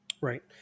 Right